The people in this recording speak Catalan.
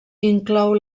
inclou